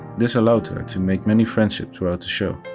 this allowed her to make many friendships throughout the show,